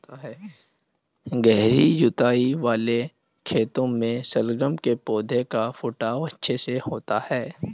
गहरी जुताई वाले खेतों में शलगम के पौधे का फुटाव अच्छे से होता है